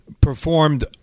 performed